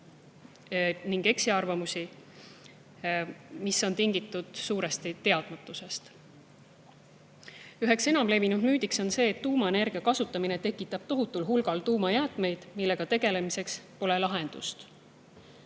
ning eksiarvamusi, mis on tingitud suuresti teadmatusest. Üks enim levinud müüt on see, et tuumaenergia kasutamine tekitab tohutul hulgal tuumajäätmeid, millega tegelemiseks pole lahendust. Töörühma